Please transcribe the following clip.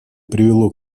привело